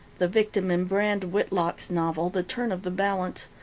the victim in brand whitlock's novel, the turn of the balance,